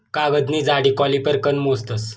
कागदनी जाडी कॉलिपर कन मोजतस